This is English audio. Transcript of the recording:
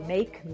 Make